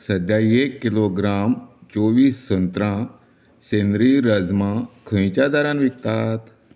सध्या एक किलोग्राम चोवीस संत्रा सेंद्रीय राजमा खंयच्या दरान विकतात